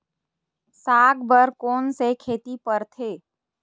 साग बर कोन से खेती परथे?